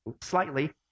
Slightly